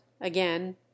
again